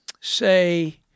say